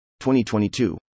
2022